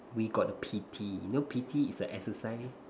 we got a P_T you know P_T is a exercise